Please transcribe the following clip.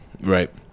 right